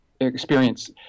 experience